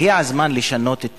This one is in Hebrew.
הגיע הזמן לשנות את